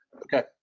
Okay